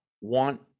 want